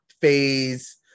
phase